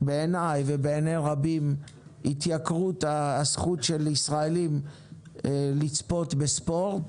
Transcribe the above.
בעיניי ובעיני רבים התייקרות של הזכות של ישראלים לצפות בספורט